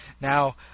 Now